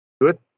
Good